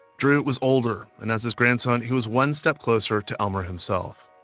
drew was older. and as his grandson, he was one step closer to elmer himself.